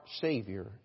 Savior